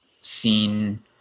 seen